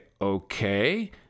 okay